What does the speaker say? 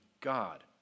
God